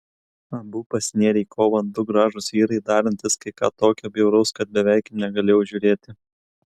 abu pasinėrė į kovą du gražūs vyrai darantys kai ką tokio bjauraus kad beveik negalėjau žiūrėti